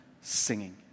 singing